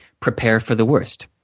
prepare for the worst.